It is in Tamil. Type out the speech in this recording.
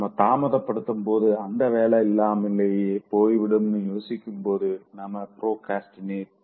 நாம தாமதப்படுத்தும் போது அந்த வேல இல்லாமலேயே போய்விடும்னு யோசிக்கும்போது நம்ம ப்ரோக்ரஸ்டினேட் செய்றோம்